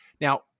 Now